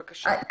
בבקשה.